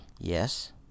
yes